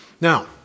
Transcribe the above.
Now